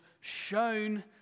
shown